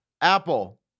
Apple